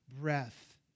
breath